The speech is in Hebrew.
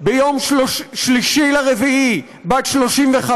ב-3 באפריל, בת 35,